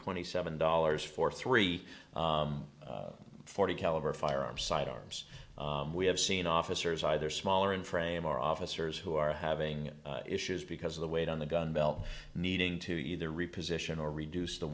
twenty seven dollars for three forty caliber firearm side arms we have seen officers either smaller in frame or officers who are having issues because of the weight on the gun belt needing to either reposition or reduce the